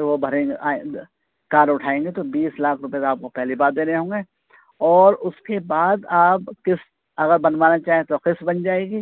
وہ بھریں گے کار اٹھائیں گے تو بیس لاکھ روپے تو آپ کو پہلی بار دینے ہوں گے اور اس کے بعد آپ قسط اگر بنوانا چاہیں تو قسط بن جائے گی